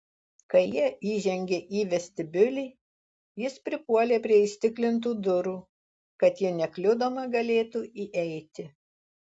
kai jie įžengė į vestibiulį jis pripuolė prie įstiklintų durų kad ji nekliudoma galėtų įeiti